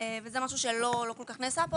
וזה משהו שלא כל כך נעשה פה,